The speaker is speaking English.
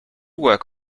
work